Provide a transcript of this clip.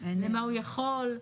למה הוא יכול,